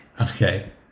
Okay